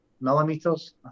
millimeters